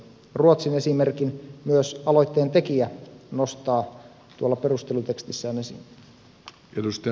ruotsin esimerkin myös aloitteen tekijä nostaa tuolla perustelutekstissään esiin